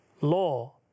law